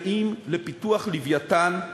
המתווה הזה אמור ליצור תנאים לפיתוח "לווייתן"